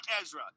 Ezra